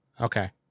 Okay